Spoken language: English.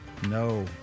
No